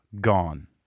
gone